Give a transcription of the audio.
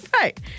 Right